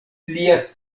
lia